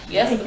Yes